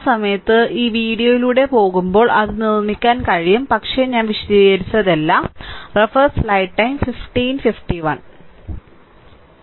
ആ സമയത്ത് ഈ വീഡിയോയിലൂടെ പോകുമ്പോൾ അത് നിർമ്മിക്കാൻ കഴിയും പക്ഷേ ഞാൻ വിശദീകരിച്ചതെല്ലാം